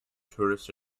tourist